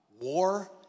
war